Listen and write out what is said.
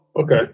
Okay